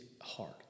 hard